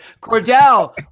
Cordell